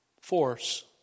force